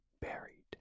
buried